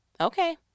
Okay